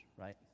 right